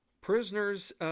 Prisoners